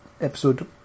episode